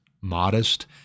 modest